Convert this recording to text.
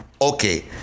okay